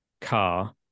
car